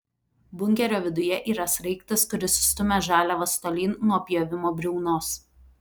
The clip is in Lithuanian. bunkerio viduje yra sraigtas kuris stumia žaliavas tolyn nuo pjovimo briaunos